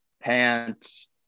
pants